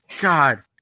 God